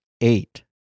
eight